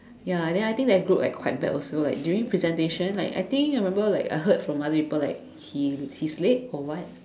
ya then I think like that group like quite bad also like during presentation like I think remember like I heard from the other people like he he's late or what